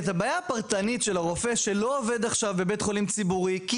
את הבעיה הפרטנית של הרופא שלא עובד עכשיו בבית חולים ציבורי כי